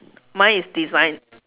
mine is design